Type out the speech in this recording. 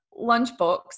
lunchbox